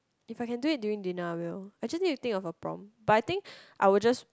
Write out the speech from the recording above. if I can do it during dinner I will I just need to think of a prompt but I think I will just